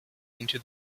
into